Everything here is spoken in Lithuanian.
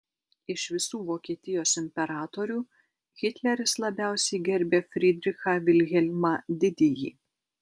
iš visų vokietijos imperatorių hitleris labiausiai gerbė fridrichą vilhelmą didįjį